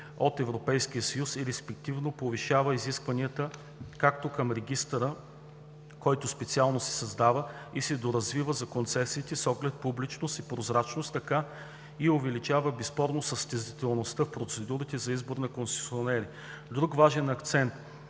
от Европейския съюз и респективно се повишават изискванията както към регистъра за концесиите, който специално се създава и се доразвива с оглед публичност и прозрачност, така и увеличава безспорно състезателността в процедурите за избор на концесионери. Друг важен акцент